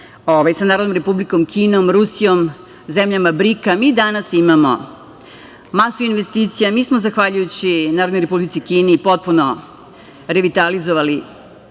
sa Narodnom Republikom Kinom, Rusijom, zemljama BRIK-a, mi danas imamo masu investicija. Mi smo, zahvaljujući Narodnoj Republici Kini, potpuno revitalizovali